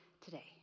today